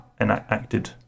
enacted